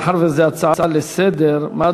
מאחר שזו הצעה לסדר-היום,